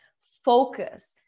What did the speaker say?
Focus